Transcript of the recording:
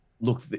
look